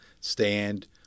stand